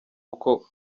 uko